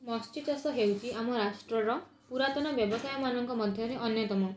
ମତ୍ସ୍ୟ ଚାଷ ହେଉଛି ଆମ ରାଷ୍ଟ୍ରର ପୁରାତନ ବ୍ୟବସାୟମାନଙ୍କ ମଧ୍ୟରୁ ଅନ୍ୟତମ